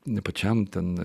nei pačiam ten